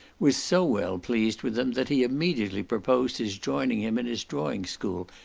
was so well pleased with them, that he immediately proposed his joining him in his drawing school,